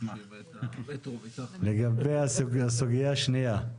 לגבי הסוגיה השנייה.